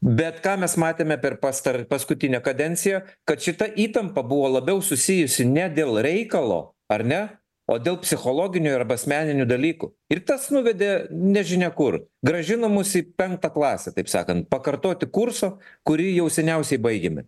bet ką mes matėme per pastar paskutinę kadenciją kad šita įtampa buvo labiau susijusi ne dėl reikalo ar ne o dėl psichologinių arba asmeninių dalykų ir tas nuvedė nežinia kur grąžino mus į penktą klasę taip sakant pakartoti kurso kurį jau seniausiai baigėme